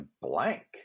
blank